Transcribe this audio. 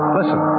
listen